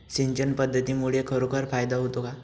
सिंचन पद्धतीमुळे खरोखर फायदा होतो का?